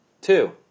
Two